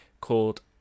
called